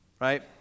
Right